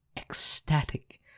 ecstatic